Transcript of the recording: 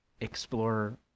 explore